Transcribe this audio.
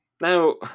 Now